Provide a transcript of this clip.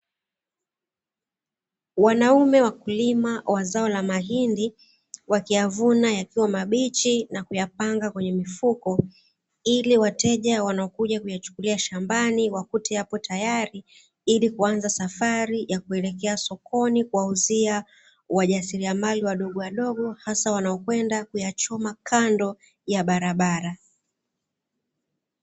Wanaume wakulima wa zao la mahindi wakiyavuna yakiwa mabichi na kuyapanga kwenye mifuko, ili wateja wanaokuja kuyachukulia shambani wakute yapo tayari ili kuanza safari kuyapeleka sokoni kuwauzia wajasilia mali wadogo wadogo, hasa wanaokwenda kuyachoma kando ya barabara.